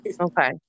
Okay